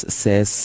says